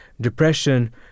depression